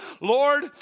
Lord